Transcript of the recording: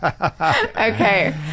Okay